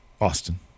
Austin